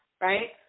right